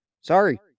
sorry